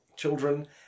children